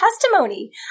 testimony